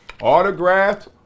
autographed